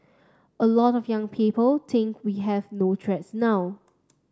a lot of young people think we have no threats now